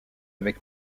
avec